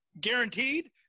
guaranteed